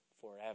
forever